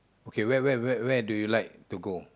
okay where where where where do you like to go